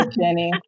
Jenny